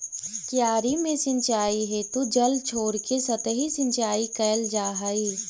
क्यारी में सिंचाई हेतु जल छोड़के सतही सिंचाई कैल जा हइ